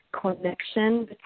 connection